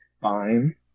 fine